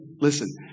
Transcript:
listen